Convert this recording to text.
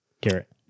Garrett